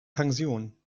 pension